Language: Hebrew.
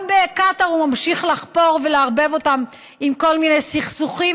גם בקטאר הוא ממשיך לחפור ולערב אותם בכל מיני סכסוכים,